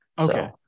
Okay